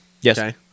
yes